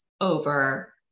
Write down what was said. over